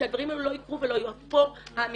שהדברים האלה לא יקרו ולא --- פה האמירה